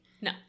No